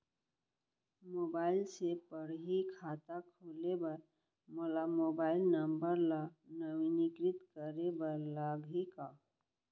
Mobile से पड़ही खाता खोले बर मोला मोबाइल नंबर ल नवीनीकृत करे बर लागही का?